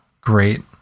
great